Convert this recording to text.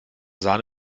sahne